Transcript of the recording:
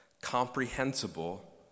comprehensible